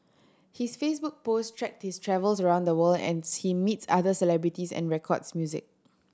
his Facebook post track his travels around the world as she meets other celebrities and records music